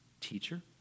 Teacher